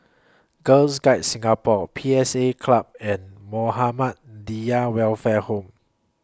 Girl Guides Singapore P S A Club and Muhammadiyah Welfare Home